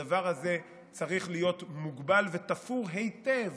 הדבר הזה צריך להיות מוגבל ותפור היטב